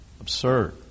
absurd